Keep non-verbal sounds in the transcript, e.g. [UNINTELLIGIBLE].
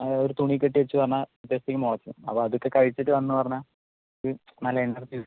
അത് ഒര് തുണിയിൽ കെട്ടി വച്ച് പറഞ്ഞാൽ [UNINTELLIGIBLE] അപ്പോൾ അതൊക്കെ കഴിച്ചിട്ട് വന്നെന്ന് പറഞ്ഞാൽ ഇത് നല്ല എനർജി കിട്ടും